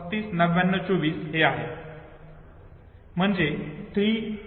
म्हणजे हे 3 आहे 5 हीव आहे 9 लाईन आहे 2 शू आहे आणि 4 हे डोर आहे ठीक आहे